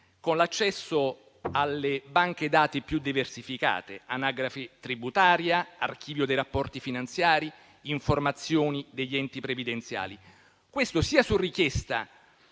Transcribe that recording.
un accesso alle banche dati più diversificate (anagrafe tributaria, archivio dei rapporti finanziari, informazioni degli enti previdenziali). Questo sia su richiesta